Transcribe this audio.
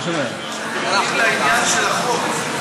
יפה שאתה עונה לעניין של החוק.